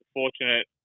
fortunate